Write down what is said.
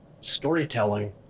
storytelling